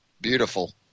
Beautiful